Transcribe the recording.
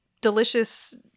delicious